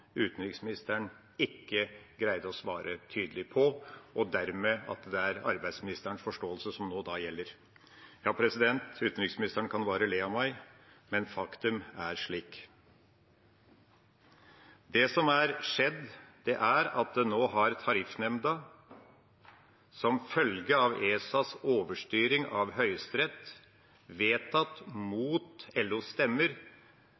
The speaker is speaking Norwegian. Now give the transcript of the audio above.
utenriksministeren ikke greide å svare tydelig på, og at det dermed er arbeidsministerens forståelse som nå gjelder. Utenriksministeren kan bare le av meg, men faktum er slik. Det som har skjedd, er at Tariffnemnda, som følge av ESAs overstyring av Høyesterett, nå har vedtatt, mot LOs stemmer,